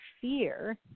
fear